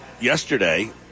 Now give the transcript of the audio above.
yesterday